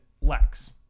Lex